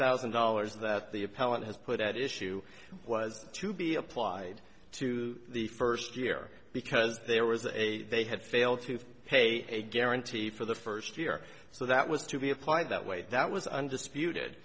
thousand dollars that the appellant has put at issue was to be applied to the first year because there was a they had failed to pay a guarantee for the first year so that was to be applied that way that was undisputed